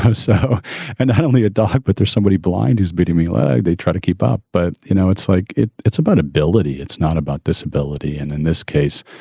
so and definitely a dog. but there's somebody blind who's beating me. like they try to keep up. but, you know, it's like it's it's about ability. it's not about disability. and in this case,